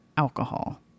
alcohol